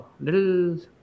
little